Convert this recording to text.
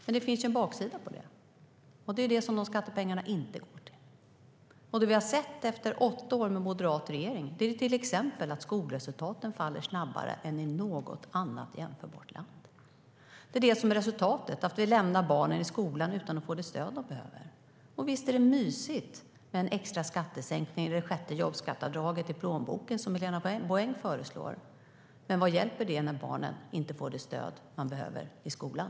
Men det finns en baksida, nämligen det som de uteblivna skattepengarna inte går till. Det vi har sett efter åtta år med moderat regering är till exempel att skolresultaten faller snabbare än i något annat jämförbart land. Det är det som är resultatet. Vi lämnar barnen i skolan utan att de får det stöd de behöver. Visst är det mysigt och bra för plånboken med en extra skattesänkning i form av ett sjätte jobbskatteavdrag, som Helena Bouveng föreslår. Men vad hjälper det när barnen inte får det stöd de behöver i skolan?